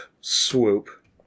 Swoop